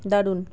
দারুণ